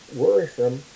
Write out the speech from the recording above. worrisome